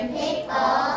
people